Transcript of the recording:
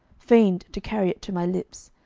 feigned to carry it to my lips,